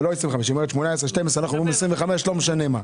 אנחנו אומרים 25 אלף, לא משנה.